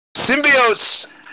Symbiotes